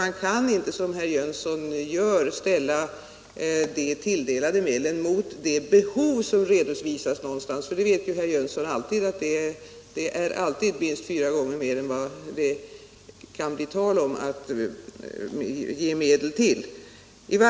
Man kan inte, som herr Jönsson gjorde, ställa tilldelade medel mot de behov som redovisas någonstans. Herr Jönsson vet säkert mycket väl att det alltid finns ett fyra gånger större behov än vad det kan bli tal om att ge medel till.